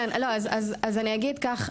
אז אני אגיד כך: